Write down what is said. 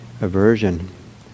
aversion